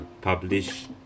publish